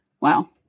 Wow